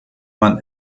man